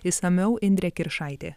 išsamiau indrė kiršaitė